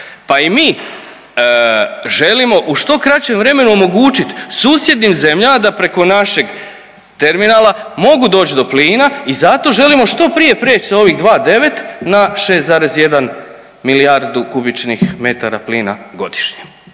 Pa i mi želimo u što kraćem vremenu omogućit susjednim zemljama da preko našeg terminala mogu doć do plina i zato želimo što prije preć s ovih 2,9 na 6,1 milijardu kubičnih metara plina godišnje.